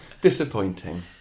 disappointing